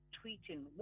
tweeting